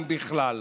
אם בכלל.